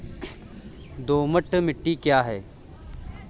दोमट मिट्टी क्या है?